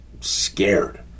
scared